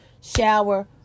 shower